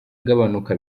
agabanuka